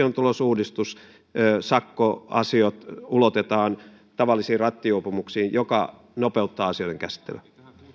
on tulossa uudistus sakkoasiat ulotetaan tavallisiin rattijuopumuksiin mikä nopeuttaa asioiden käsittelyä